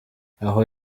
aho